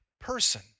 person